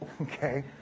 okay